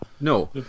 No